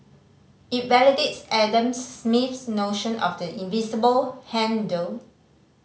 it validates Adam Smith's notion of the invisible hand though